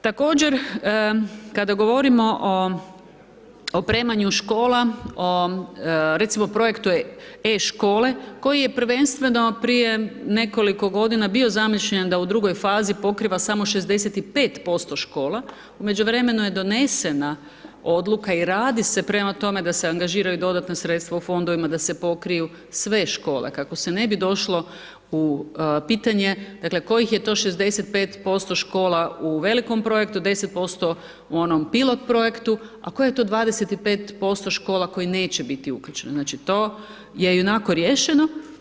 Također, kada govorimo o opremanju škola, o recimo o projektu e-škole koji je prvenstveno prije nekoliko godina bio zamišljen da u drugoj fazi pokriva samo 65% škola u međuvremenu je donesena odluka i radi se prema tome da se angažiraju dodatna sredstva u fondovima da se pokriju sve škole kako se ne bi došlo u pitanje kojih je to 65% škola u velikom projektu, 10% u onom pilot projektu, a kojih je to 25% škole neće biti uključene, znači to je i onako riješeno.